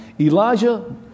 Elijah